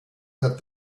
that